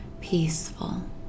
peaceful